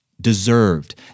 deserved